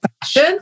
fashion